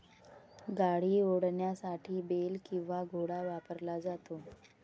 गाडी ओढण्यासाठी बेल किंवा घोडा वापरला जातो